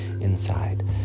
inside